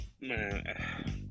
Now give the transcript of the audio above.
man